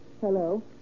Hello